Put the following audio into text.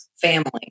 family